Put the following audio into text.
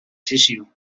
tissue